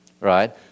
right